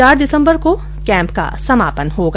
चार दिसम्बर को कैंप का समापन होगा